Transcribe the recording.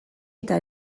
eta